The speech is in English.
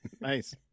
nice